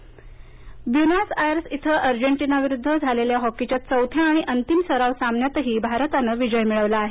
hockey Buenos Aires इथं अर्जेटिनाविरुद्ध आज झालेल्या हॉकीच्या चौथ्या आणि अंतिम सराव सामन्यातही भारतानं विजय मिळवला आहे